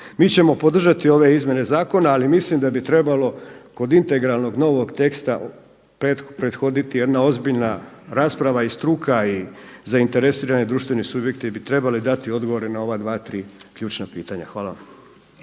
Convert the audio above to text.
Mi ćemo podržati ove izmjene zakona, ali mislim da bi trebalo kod integralnog novog teksta prethoditi jedna ozbiljna rasprava i struka i zainteresirani društveni subjekti bi trebali dati odgovore na ova dva, tri ključna pitanja. Hvala.